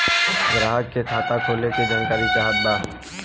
ग्राहक के खाता खोले के जानकारी चाहत बा?